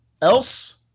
else